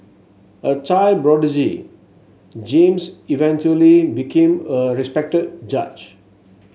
a child prodigy James eventually became a respected judge